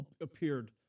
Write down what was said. appeared